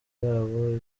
yabo